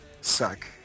suck